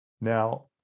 Now